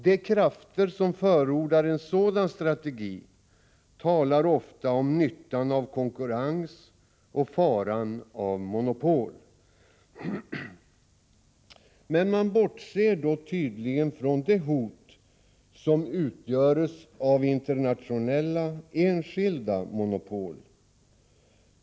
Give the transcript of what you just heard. De krafter som förordar en sådan strategi talar ofta om nyttan med konkurrens och faran med monopol, men man bortser då tydligen från det hot som utgöres av internationella enskilda monopol.